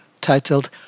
titled